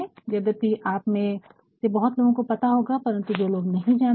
यद्यपि आप में से बहुत लोगों को पता होगा परंतु जो लोग नहीं जानते हैं